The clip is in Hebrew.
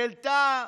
והעלתה,